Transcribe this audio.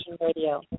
Radio